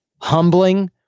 humbling